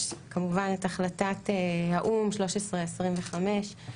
יש כמובן את החלטת האו"ם 1325,